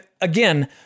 again